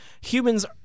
humans